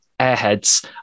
airheads